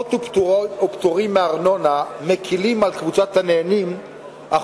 הנחות ופטורים מארנונה מקלים על קבוצת הנהנים אך